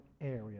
area